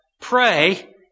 Pray